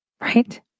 right